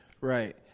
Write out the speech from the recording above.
Right